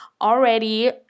already